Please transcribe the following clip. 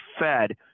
Fed